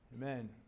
Amen